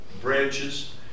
branches